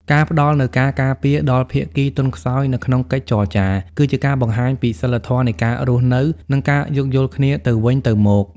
ការផ្តល់នូវ "ការការពារ" ដល់ភាគីទន់ខ្សោយនៅក្នុងកិច្ចចរចា គឺជាការបង្ហាញពីសីលធម៌នៃការរស់នៅ និងការយោគយល់គ្នាទៅវិញទៅមក។